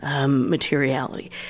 materiality